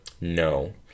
No